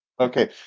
Okay